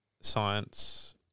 science